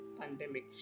pandemic